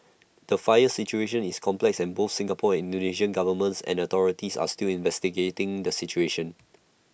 the fire situation is complex and both Singapore and Indonesia governments and authorities are still investigating the situation